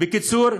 בקיצור,